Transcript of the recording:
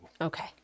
Okay